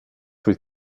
with